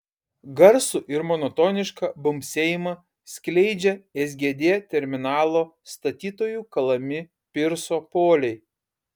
garsų ir monotonišką bumbsėjimą skleidžia sgd terminalo statytojų kalami pirso poliai